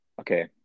Okay